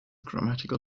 grammatical